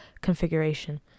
configuration